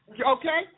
Okay